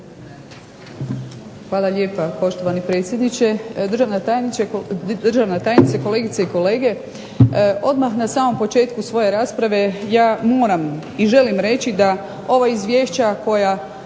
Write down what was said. Hvala lijepa. Poštovani predsjedniče, državna tajnice, kolegice i kolege zastupnici. Odmah na samom početku svoje rasprave ja moram i želim reći da ova izvješća koja